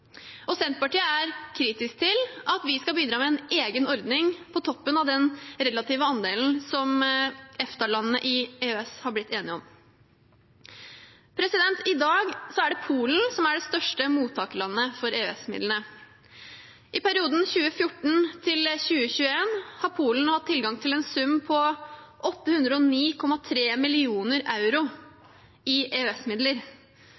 Senterpartiet er kritisk til at vi skal bidra med en egen ordning på toppen av den relative andelen som EFTA-landene i EØS har blitt enige om. I dag er det Polen som er det største mottakerlandet for EØS-midlene. I perioden 2014–2021 har Polen hatt tilgang til en sum på 809,3 mill. euro i EØS-midler. Det er altså 809,3 millioner